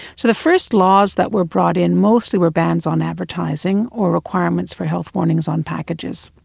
so the first laws that were brought in mostly were bans on advertising or requirements for health warnings on packages.